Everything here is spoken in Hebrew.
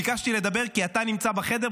ביקשתי לדבר כי אתה נמצא בחדר,